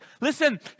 Listen